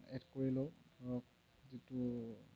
add কৰি লওঁ ধৰক যিটো